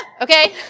okay